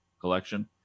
collection